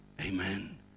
Amen